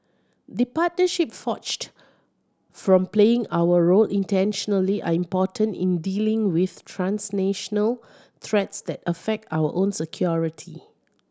the partnerships forged from playing our role intentionally are important in dealing with transnational threats that affect our own security